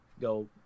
go